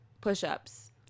push-ups